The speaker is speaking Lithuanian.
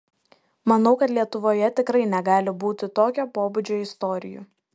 manau kad lietuvoje tikrai negali būti tokio pobūdžio istorijų